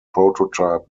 prototype